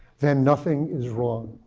then nothing is wrong.